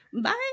Bye